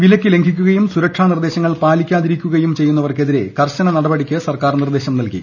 വിലക്ക് ലംഘിക്കുകയും സുരക്ഷാ നിർദ്ദേശങ്ങൾ പാലിക്കാതിരിക്കുകയും ചെയ്യുന്നവർക്കെതിരെ കർശന നടപടിക്ക് സർക്കാർ നിർദ്ദേശം നൽകി